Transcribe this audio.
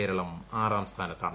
Keralam ആറാംസ്ഥാനത്താണ്